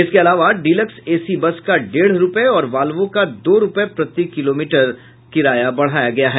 इसके अलावा deluxe AC bus का डेढ़ रूपये और वाल्वो का दो रूपये प्रति किलोमीटर हो गया है